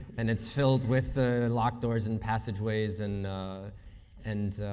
and it's filled with locked doors and passageways, and and